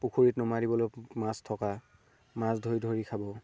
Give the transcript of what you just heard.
পুখুৰীত নমাই দিবলৈও মাছ থকা মাছ ধৰি ধৰি খাব